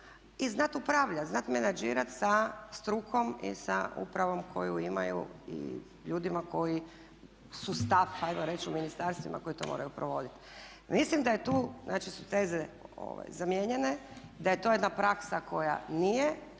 i znat upravljat, znat menadžirat sa strukom i sa upravom koju imaju i ljudima koji su staff ajmo reći u ministarstvima koji to moraju provoditi. Mislim da je tu, znači su teze zamijenjene, da je to jedna praksa koja nije,